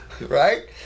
right